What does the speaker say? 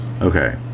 Okay